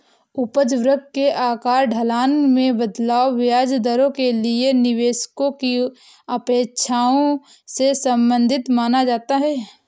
उपज वक्र के आकार, ढलान में बदलाव, ब्याज दरों के लिए निवेशकों की अपेक्षाओं से संबंधित माना जाता है